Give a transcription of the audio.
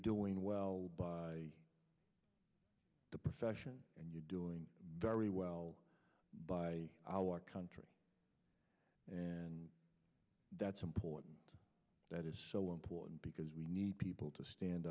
doing well by the profession and you're doing very well by our country and that's important that is so important because we need people to stand